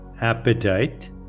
Appetite